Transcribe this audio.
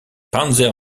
panzer